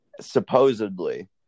supposedly